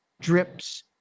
drips